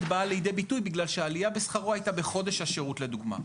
באה לידי ביטוי בגלל שהעלייה בשכרו הייתה בחודש השירות לדוגמה,